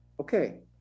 Okay